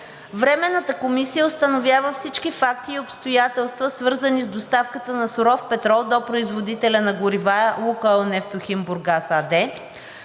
Временната комисия установява всички факти и обстоятелства, свързани с доставката на суров петрол до производителя на горива „Лукойл Нефтохим Бургас“